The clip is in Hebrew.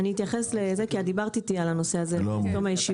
אני אתייחס לזה כי את דיברת איתי על הנושא הזה בתום הישיבה.